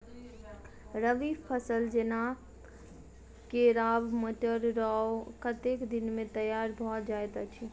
रबी फसल जेना केराव, मटर, राय कतेक दिन मे तैयार भँ जाइत अछि?